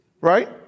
Right